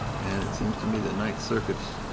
and it seems to me the ninth circuit's